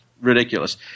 ridiculous